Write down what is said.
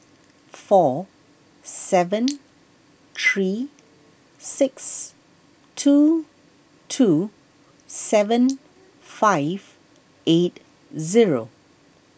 four seven three six two two seven five eight zero